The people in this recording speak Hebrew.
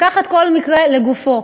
לקחת כל מקרה לגופו.